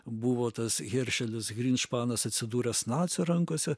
buvo tas heršelis hrinšpanas atsidūręs nacių rankose